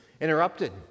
interrupted